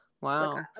Wow